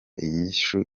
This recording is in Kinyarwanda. inyishu